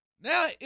Now